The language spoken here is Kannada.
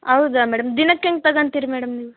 ಹೌದಾ ಮೇಡಮ್ ದಿನಕ್ಕೆ ಹೆಂಗ್ ತಗೊಂತೀರಿ ಮೇಡಮ್ ನೀವು